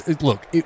Look